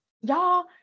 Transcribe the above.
y'all